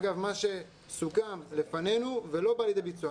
אגב, מה שסוכם לפנינו לא בא לידי ביטוי.